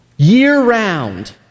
year-round